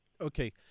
Okay